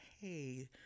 hey